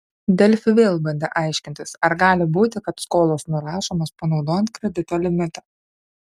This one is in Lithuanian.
delfi vėl bandė aiškintis ar gali būti kad skolos nurašomos panaudojant kredito limitą